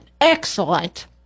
excellent